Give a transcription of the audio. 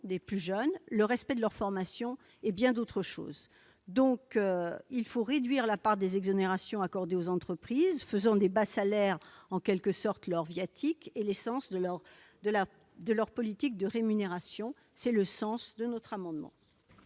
des plus jeunes, le respect de leur formation et bien d'autres choses. Il faut donc réduire la part des exonérations accordées aux entreprises qui font des bas salaires, en quelque sorte, leur viatique et l'essence de leur politique de rémunération. Quel est l'avis de la commission